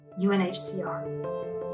UNHCR